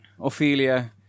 Ophelia